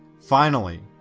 finally,